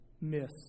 miss